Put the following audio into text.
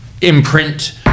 imprint